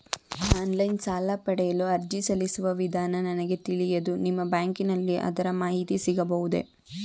Online ಸಾಲ ಪಡೆಯಲು ಅರ್ಜಿ ಸಲ್ಲಿಸುವ ವಿಧಾನ ನನಗೆ ತಿಳಿಯದು ನಿಮ್ಮ ಬ್ಯಾಂಕಿನಲ್ಲಿ ಅದರ ಮಾಹಿತಿ ಸಿಗಬಹುದೇ?